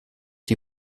die